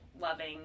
loving